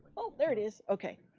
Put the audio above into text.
oh, there it is, okay.